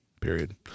period